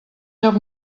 lloc